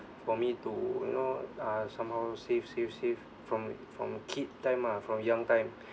for me to you know uh somehow save save save from from kid time ah from young time